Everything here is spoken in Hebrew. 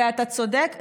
ואתה צודק,